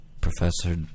Professor